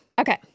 okay